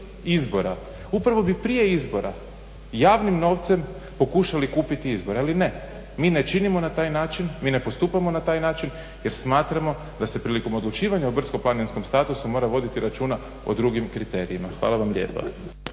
način upravo bi prije izbora javnim novcem pokušali kupiti izbore, ali ne. Mi ne činimo na taj način. Mi ne postupamo na taj način jer smatramo da se prilikom odlučivanja o brdsko-planinskom statusu mora voditi računa o drugim kriterijima. Hvala vam lijepa.